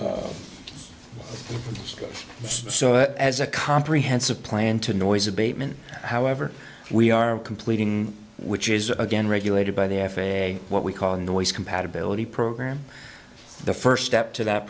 it as a comprehensive plan to noise abatement however we are completing which is again regulated by the f a a what we call a noise compatibility program the first step to that